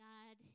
God